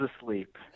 asleep